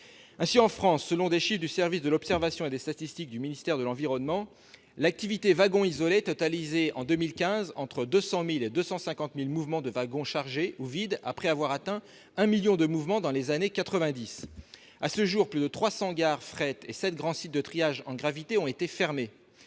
Ainsi, en France, selon des chiffres du service de l'observation et des statistiques du ministère de l'environnement, l'activité wagon isolé totalisait en 2015 entre 200 000 et 250 000 mouvements de wagons chargés ou vides après avoir atteint un million de mouvements dans les années quatre-vingt-dix. À ce jour, plus de 300 gares de fret et sept grands sites de triage à la gravité ont été fermés.